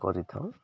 କରିଥାଉ